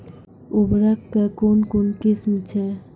उर्वरक कऽ कून कून किस्म छै?